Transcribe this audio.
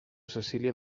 cecília